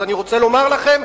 אז אני רוצה לומר לכם,